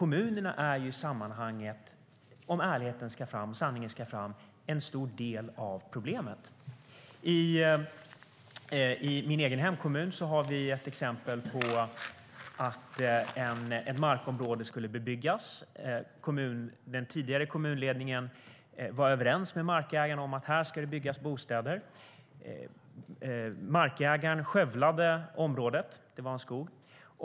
Men om sanningen ska fram är kommunerna en stor del av problemet. I min hemkommun skulle ett markområde bebyggas. Den tidigare kommunledningen var överens med markägaren om att det skulle byggas bostäder där. Markägaren skövlade området, som var en skog.